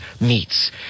meets